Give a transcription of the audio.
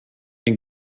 den